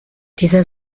dieser